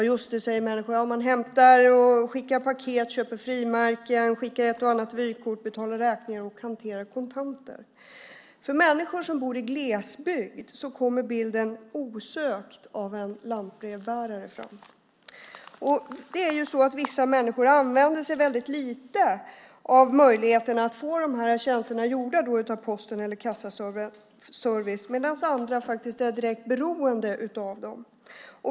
Just det, säger människor, man hämtar och skickar paket, köper frimärken, skickar ett och annat vykort, betalar räkningar och hanterar kontanter. För människor som bor i glesbygd kommer bilden av en lantbrevbärare osökt fram. Vissa människor använder sig väldigt lite av möjligheten att få dessa tjänster utförda av post eller kassaservice medan andra faktiskt är direkt beroende av dem.